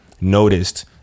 noticed